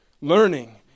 learning